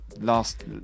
last